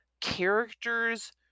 characters